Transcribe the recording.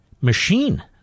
machine